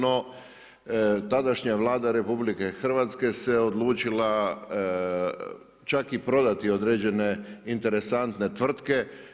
No tadašnja Vlada RH se odlučila čak i prodati određene interesantne tvrtke.